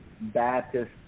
Baptist